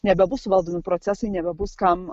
nebebus valdomi procesai nebebus kam